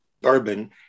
bourbon